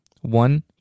one